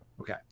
okay